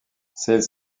celle